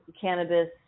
cannabis